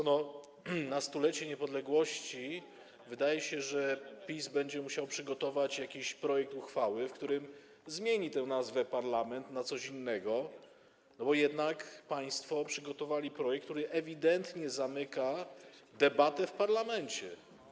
Wydaje się, że na stulecie niepodległości PiS będzie musiał przygotować jakiś projekt uchwały, w którym zmieni tę nazwę „parlament” na coś innego, bo jednak państwo przygotowali projekt, który ewidentnie zamyka debatę w parlamencie.